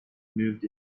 moved